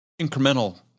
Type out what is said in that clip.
incremental